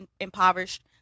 impoverished